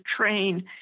train